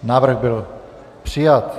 Návrh byl přijat.